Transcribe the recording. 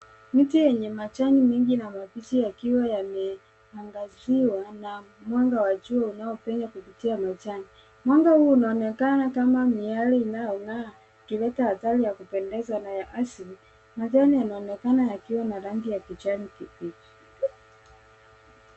Miti yenye majani mingi na mabichi yakiwa yameangaziwa na mwanga wa jua unao penya kupitia majani. Mwanga huo unaonekana kama miale inayoleta mandhari ya kupendeza au ya asili. Majani yanaonekana yakiwa na rangi ya kibichi.